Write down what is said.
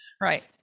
Right